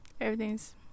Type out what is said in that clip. Everything's